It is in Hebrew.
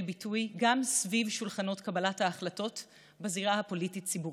ביטוי גם סביב שולחנות קבלת ההחלטות בזירה הפוליטית הציבורית.